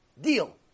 Deal